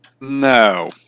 no